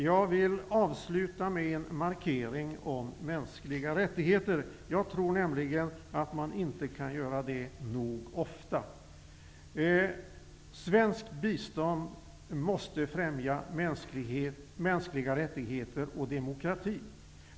Jag vill avsluta med en markering om mänskliga rättigheter. Jag tror nämligen att man inte kan göra det ofta nog. Svenskt bistånd måste främja mänskliga rättigheter och demokrati.